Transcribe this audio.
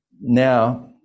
now